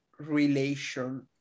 relation